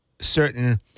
certain